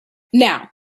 now